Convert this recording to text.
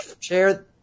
chair